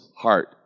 heart